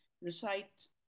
recite